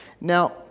Now